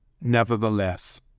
nevertheless